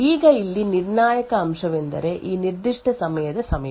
ಈಗ ಇಲ್ಲಿ ನಿರ್ಣಾಯಕ ಅಂಶವೆಂದರೆ ಈ ನಿರ್ದಿಷ್ಟ ಸಮಯದ ಸಮಯ